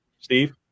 Steve